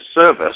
service